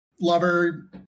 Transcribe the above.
lover